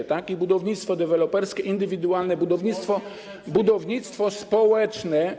Jest to i budownictwo deweloperskie, i indywidualne budownictwo i budownictwo społeczne.